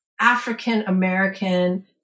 African-American